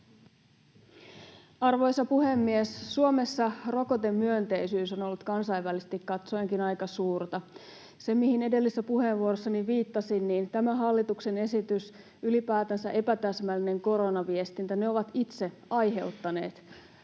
Arvoisa puhemies! Suomessa rokotemyönteisyys on ollut kansainvälisesti katsoenkin aika suurta. Edellisessä puheenvuorossani viittasin siihen, että tämä hallituksen esitys ja ylipäätänsä epätäsmällinen koronaviestintä ovat itse aiheuttaneet